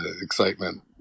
excitement